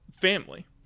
family